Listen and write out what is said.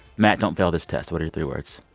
matt, don't fail this test. what are your three words?